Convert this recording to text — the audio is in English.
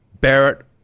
Barrett